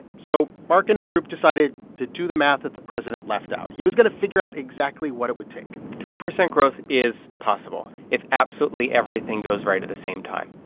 so marc and his group decided to do the math that the president left out. he was going to figure out exactly what it would take three percent growth is possible if absolutely everything goes right at the same time.